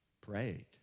prayed